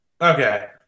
okay